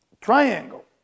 triangle